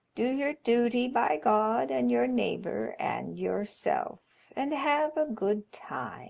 do your duty by god and your neighbor and yourself, and have a good time